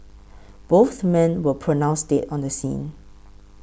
both men were pronounced dead on the scene